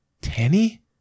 Tanny